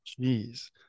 Jeez